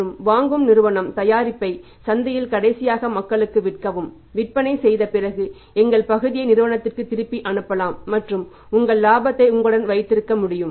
மற்றும் வாங்கும் நிறுவனம் தயாரிப்பை சந்தையில் கடைசியாக மக்களுக்கு விற்கவும் விற்பனை செய்த பிறகு எங்கள் பகுதியை நிறுவனத்திற்குத் திருப்பி அனுப்பலாம் மற்றும் உங்கள் இலாபத்தை உங்களுடன் வைத்திருக்க முடியும்